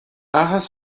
áthas